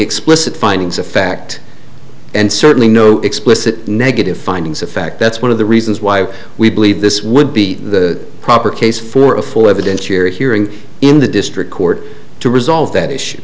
explicit findings of fact and certainly no explicit negative findings of fact that's one of the reasons why we believe this would be the proper case for a full evidentiary hearing in the district court to resolve that issue